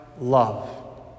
love